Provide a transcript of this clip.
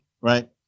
Right